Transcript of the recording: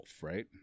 right